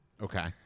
Okay